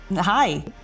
Hi